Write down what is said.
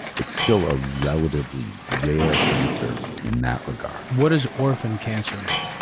it's still a relatively rare cancer in that regard. what does orphan cancer mean?